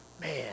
Man